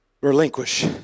relinquish